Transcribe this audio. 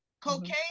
Cocaine